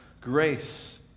grace